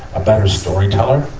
a better storyteller.